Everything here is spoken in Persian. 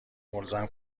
ملزم